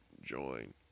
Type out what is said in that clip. join